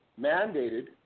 mandated